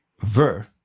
ver